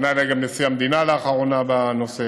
פנה אליי גם נשיא המדינה לאחרונה בנושא,